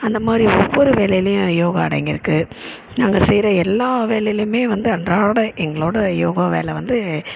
அந்த மாதிரி ஒவ்வொரு வேலையிலையும் யோகா அடங்கியிருக்கு நாங்க செய்யற எல்லா வேலையிலையுமே வந்து அன்றாட எங்களோட யோகா வேலை வந்து